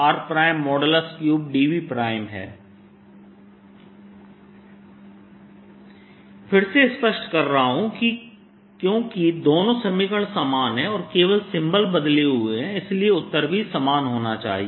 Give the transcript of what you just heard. Br04πjr×r rr r3dV Ar14πBr×r rr r3dV फिर से स्पष्ट कर रहा हूं कि क्योंकि दोनों समीकरण समान हैं और केवल सिंबल बदले हुए हैं इसलिए उत्तर भी समान होना चाहिए